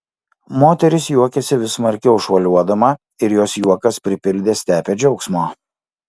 moteris juokėsi vis smarkiau šuoliuodama ir jos juokas pripildė stepę džiaugsmo